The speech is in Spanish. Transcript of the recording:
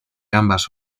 ambas